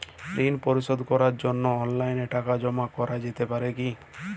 ঋন পরিশোধ করার জন্য অনলাইন টাকা জমা করা যেতে পারে কি?